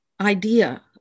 idea